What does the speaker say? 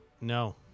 No